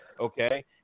okay